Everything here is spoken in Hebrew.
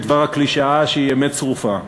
כדבר הקלישאה שהיא אמת צרופה.